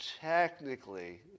technically